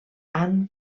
han